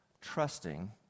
trusting